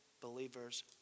believers